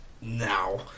now